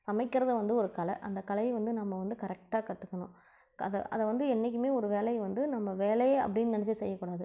சமைக்கிறது வந்து ஒரு கலை அந்த கலையை வந்து நம்ம வந்து கரெக்டாக கற்றுக்கணும் அதை அதை வந்து என்றைக்குமே ஒரு வேலையை வந்து நம்ம வேலை அப்படின்னு நினச்சி செய்யக்கூடாது